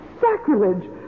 sacrilege